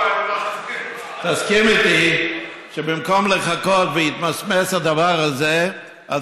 תסכים איתי שבמקום לחכות והדבר הזה יתמסמס,